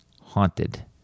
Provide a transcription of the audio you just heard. Haunted